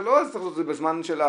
לא היה צריך לעשות את זה בזמן העבודה,